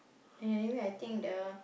anyway I think the